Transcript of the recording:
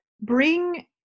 bring